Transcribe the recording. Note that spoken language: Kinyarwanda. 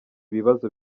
bibazo